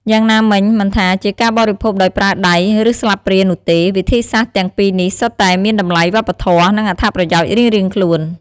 យ៉ាងណាមិញ មិនថាជាការបរិភោគដោយប្រើដៃ ឬស្លាបព្រានោះទេ វិធីសាស្ត្រទាំងពីរនេះសុទ្ធតែមានតម្លៃវប្បធម៌ និងអត្ថប្រយោជន៍រៀងៗខ្លួន។